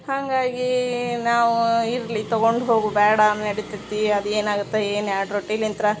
ಹಂಗಾಗಿ ನಾವು ಇರಲಿ ತಗೊಂಡು ಹೋಗು ಬ್ಯಾಡ ನೆಡಿತಿತ್ತಿ ಅದು ಏನಾಗತ್ತ ಏನು ಎರ್ಡ್ ರೊಟ್ಟಿಲಿಂತ್ರ